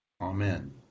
Amen